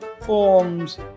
forms